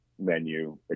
menu